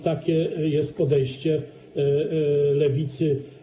Takie jest podejście Lewicy.